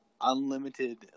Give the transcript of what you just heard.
unlimited